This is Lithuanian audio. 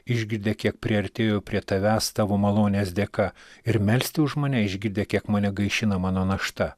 išgirdę kiek priartėjo prie tavęs tavo malonės dėka ir melsti už mane išgirdę kiek mane gaišina mano našta